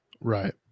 right